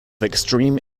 extreme